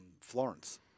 Florence